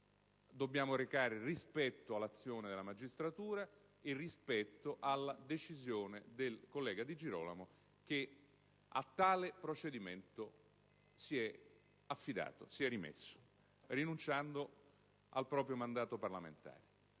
Dobbiamo recare rispetto all'azione della magistratura e anche alla decisione del collega Di Girolamo che a tale procedimento si è affidato, si è rimesso, rinunciando al proprio mandato parlamentare.